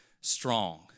strong